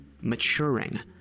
maturing